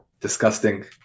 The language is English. disgusting